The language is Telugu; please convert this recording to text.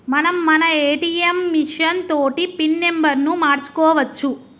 మనం మన ఏటీఎం మిషన్ తోటి పిన్ నెంబర్ను మార్చుకోవచ్చు